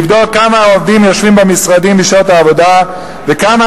לבדוק כמה עובדים יושבים במשרדים בשעות העבודה וכמה